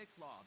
Law